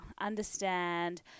understand